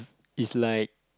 it's like